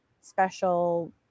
special